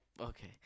Okay